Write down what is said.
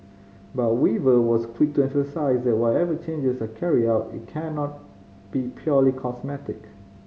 but Weaver was quick to emphasise that whatever changes are carried out it cannot be purely cosmetic